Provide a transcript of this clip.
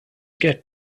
get